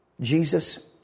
Jesus